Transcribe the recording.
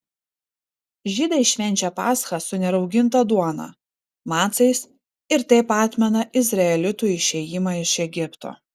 žydai švenčia paschą su nerauginta duona macais ir taip atmena izraelitų išėjimą iš egipto